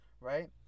Right